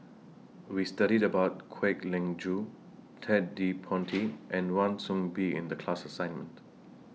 We studied about Kwek Leng Joo Ted De Ponti and Wan Soon Bee in The class assignment